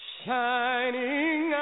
shining